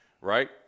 right